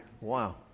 wow